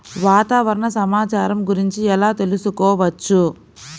వాతావరణ సమాచారం గురించి ఎలా తెలుసుకోవచ్చు?